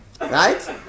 right